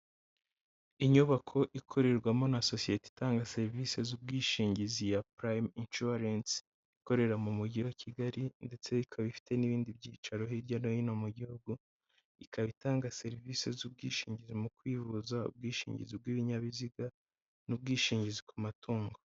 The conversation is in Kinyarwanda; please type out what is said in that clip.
Inyubako ikorerwamo na sosiyete itanga serivisi z'ubwishingizi ya prime insurance ikorera mu mujyi wa Kigali ndetse ikaba ifite n'ibindi byicaro hirya no hino mu gihugu ikaba itanga serivisi z'ubwishingizi mu kwivuza ubwishingizi bw'ibinyabiziga n'ubwishingizi ku matungo.